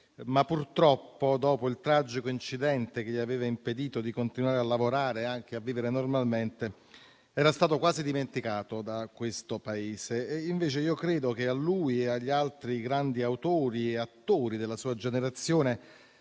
ma purtroppo, dopo il tragico incidente che gli aveva impedito di continuare a lavorare e anche a vivere normalmente, era stato quasi dimenticato da questo Paese. Credo invece che a lui e agli altri grandi autori e attori della sua generazione